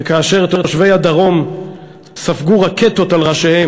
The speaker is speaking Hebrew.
וכאשר תושבי הדרום ספגו רקטות על ראשיהם